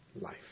life